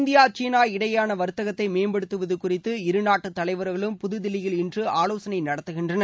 India China இடையேயான வர்த்தகத்தை மேம்படுத்துவது குறித்து இருநாட்டுத் தலைவர்களும் புதுதில்லியில் இன்று ஆலோசனை நடத்துகின்றனர்